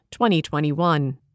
2021